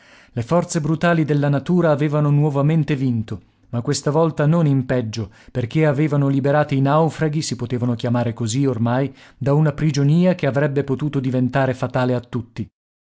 le forze brutali della natura avevano nuovamente vinto ma questa volta non in peggio perché avevano liberati i naufraghi si potevano chiamare così ormai da una prigionia che avrebbe potuto diventare fatale a tutti